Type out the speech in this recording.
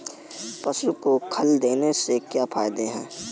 पशु को खल देने से क्या फायदे हैं?